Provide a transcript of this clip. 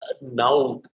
now